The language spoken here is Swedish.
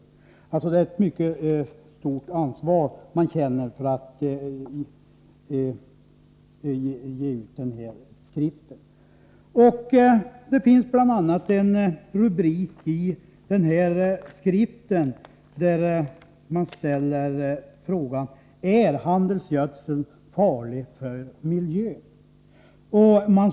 Man känner således ett mycket stort ansvar och vill därför ge ut den här skriften. Det finns bl.a. en rubrik i skriften, där frågan ställs: Är handelsgödsel farlig för miljön?